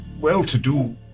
well-to-do